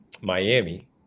Miami